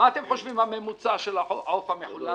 כמה אתם חושבים שהממוצע של העוף המחולק?